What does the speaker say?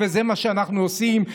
וזה מה שאנחנו עושים,